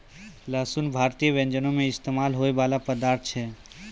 लहसुन भारतीय व्यंजनो मे इस्तेमाल होय बाला पदार्थ छै